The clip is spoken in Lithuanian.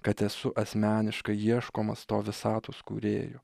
kad esu asmeniškai ieškomas to visatos kūrėjo